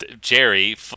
Jerry